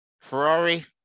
Ferrari